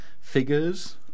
figures